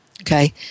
Okay